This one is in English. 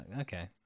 okay